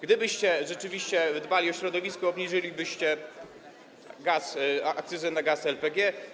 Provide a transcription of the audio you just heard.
Gdybyście rzeczywiście dbali o środowisko, obniżylibyście akcyzę na gaz LPG.